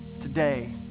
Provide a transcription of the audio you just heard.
Today